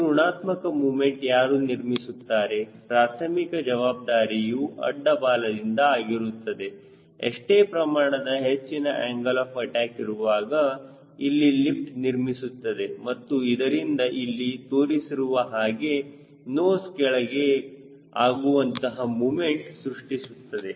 ಈ ಋಣಾತ್ಮಕ ಮೊಮೆಂಟ್ ಯಾರು ನಿರ್ಮಿಸುತ್ತಾರೆ ಪ್ರಾರ್ಥಮಿಕ ಜವಾಬ್ದಾರಿಯೂ ಅಡ್ಡ ಬಾಲದಿಂದ ಆಗಿರುತ್ತದೆ ಎಷ್ಟೇ ಪ್ರಮಾಣದ ಹೆಚ್ಚಿನ ಆಂಗಲ್ ಆಫ್ ಅಟ್ಯಾಕ್ ಇರುವಾಗ ಇಲ್ಲಿ ಲಿಫ್ಟ್ ನಿರ್ಮಿಸುತ್ತದೆ ಮತ್ತು ಇದರಿಂದ ಇಲ್ಲಿ ತೋರಿಸಿರುವ ಹಾಗೆ ನೋಸ್ ಕೆಳಗಡೆ ಆಗುವಂತಹ ಮೊಮೆಂಟ್ ಸೃಷ್ಟಿಸುತ್ತದೆ